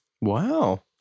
Wow